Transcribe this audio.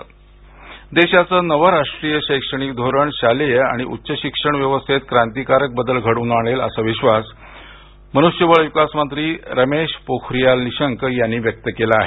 निशंक देशाचं नवं राष्ट्रीय शैक्षणिक धोरण शालेय आणि उच्च शिक्षण व्यवस्थेत क्रांतीकारक बदल घडवून आणेल असा विश्वास मनुष्यबळ विकास मंत्री रमेश पोखरीयाल निशंक यांनी व्यक्त केला आहे